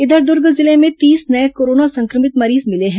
इधर दुर्ग जिले में तीस नये कोरोना संक्रमित मरीज मिले हैं